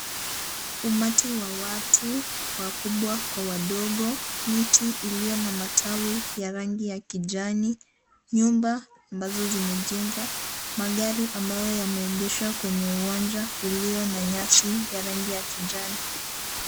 Umati wa watu wakubwa kwa wadogo, miti iliyo na matawi ya rangi ya kijani, nyumba mabazo zimejengwa magari ambayo yameengeshwa kwenye uwanja uliyo na nyasi ya rangi ya kijano.